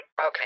Okay